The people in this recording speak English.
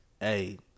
hey